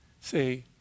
say